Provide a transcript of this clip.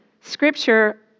Scripture